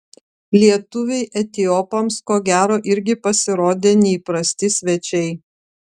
lietuviai etiopams ko gero irgi pasirodė neįprasti svečiai